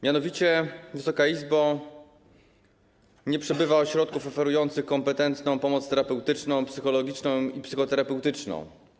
Mianowicie, Wysoka Izbo, nie przybywa ośrodków oferujących kompetentną pomoc terapeutyczną, psychologiczną i psychoterapeutyczną.